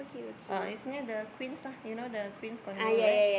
uh it's near the Queens lah you know the Queens-Condo right